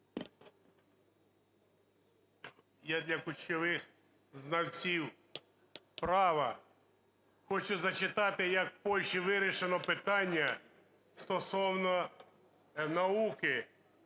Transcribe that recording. Я дякую, що ви знавці права. Хочу зачитати, як у Польщі вирішено питання стосовно науки